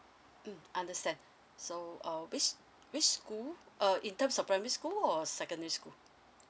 mm understand so uh which which school uh in terms of primary school or secondary school